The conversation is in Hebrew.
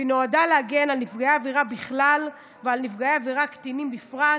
והיא נועדה להגן על נפגעי העבירה בכלל ועל נפגעי העבירה הקטינים בפרט,